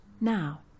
Now